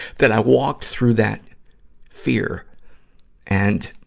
that i walked through that fear and,